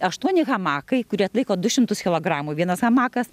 aštuoni hamakai kurie atlaiko du šimtus kilogramų vienas hamakas